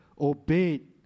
obeyed